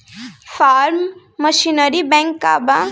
Form machinery bank का बा?